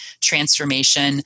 Transformation